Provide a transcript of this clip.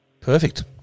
Perfect